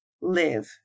Live